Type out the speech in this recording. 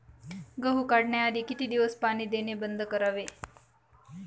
गहू काढण्याआधी किती दिवस पाणी देणे बंद करावे?